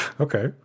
okay